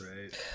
Right